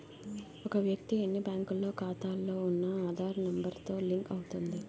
ఒక వ్యక్తి ఎన్ని బ్యాంకుల్లో ఖాతాలో ఉన్న ఆధార్ నెంబర్ తో లింక్ అవుతుంది